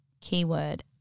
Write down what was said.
Keyword